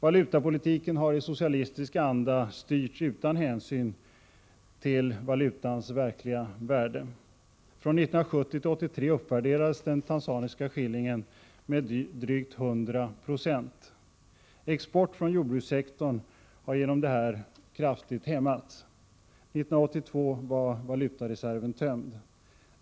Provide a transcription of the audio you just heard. Valutapolitiken har i socialistisk anda styrts utan hänsyn till valutans egentliga värde. Åren 1970-1983 uppvärderades den tanzaniska shillingen med drygt 100 96. Export från jordbrukssektorn har genom detta kraftigt hämmats. 1982 var valutareserven tömd.